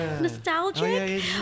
nostalgic